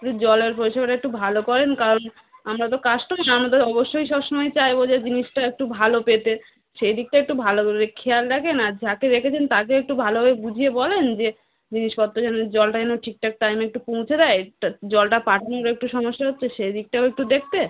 যে জলের পরিষেবাটা একটু ভালো করুন কারণ আমরা তো কাস্টোমার আমাদের অবশ্যই সবসময় চাইবো যে জিনিসটা একটু ভালো পেতে সেই দিকটা একটু ভালোভাবে খেয়াল রাখুন আর যাকে রেখেছেন তাকে একটু ভালোভাবে বুঝিয়ে বলুন যে জিনিসপত্র যেন জলটা যেন ঠিকঠাক টাইমে একটু পৌঁছে দেয় জলটা পাঠানোর একটু সমস্যা হচ্ছে সেদিকটাও একটু দেখতে